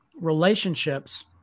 relationships